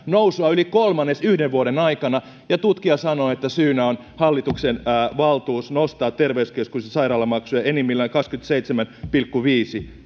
nousua yli kolmannes yhden vuoden aikana ja tutkija sanoo että syynä on hallituksen valtuus nostaa terveyskeskus ja sairaalamaksuja enimmillään kaksikymmentäseitsemän pilkku viisi